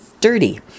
dirty